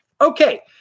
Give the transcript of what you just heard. Okay